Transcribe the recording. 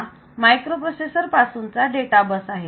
हा मायक्रोप्रोसेसर पासूनचा data bus आहे